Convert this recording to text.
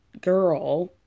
girl